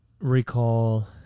recall